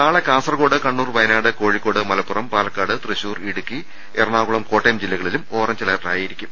നാളെ കാസർകോട് കണ്ണൂർ വയനാട് കോഴിക്കോട് മലപ്പുറം പാലക്കാട് തൃശൂർ ഇടുക്കി എറണാകുളം കോട്ടയം ജില്ലകളിലും orange alert ആയിരിക്കും